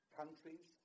countries